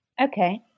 Okay